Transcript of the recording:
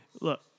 look